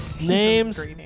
names